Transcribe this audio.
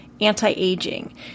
anti-aging